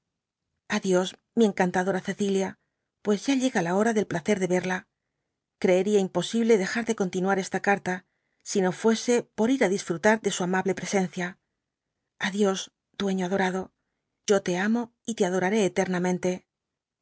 a dios mi encantadora cecilia pues ya llega la hora del placer de verla creería imposible dejar de continuar esta carta sino fuese por ir á disfrutar de su amable presencia a djpifüueño adorado yo te amo y te adorarci eternamente